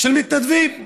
של מתנדבים.